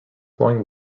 flowing